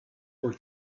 were